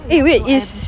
eh wait is